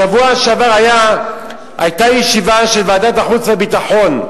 בשבוע שעבר היתה ישיבה של ועדת החוץ והביטחון,